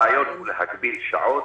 הרעיון הוא להגביל שעות.